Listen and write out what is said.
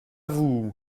vous